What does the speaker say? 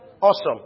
Awesome